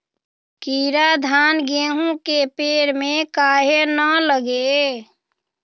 कीरा धान, गेहूं के पेड़ में काहे न लगे?